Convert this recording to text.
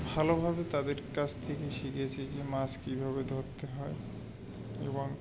ভালোভাবে তাদের কাছ থেকে শিখেছি যে মাছ কীভাবে ধরতে হয় এবং